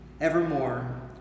evermore